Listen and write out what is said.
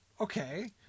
okay